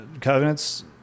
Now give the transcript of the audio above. covenants